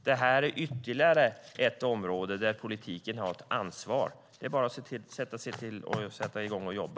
Det här är ytterligare ett område där politiken har ett ansvar. Det är bara att sätta i gång och jobba.